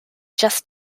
just